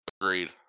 agreed